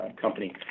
company